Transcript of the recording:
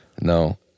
no